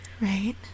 Right